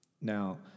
now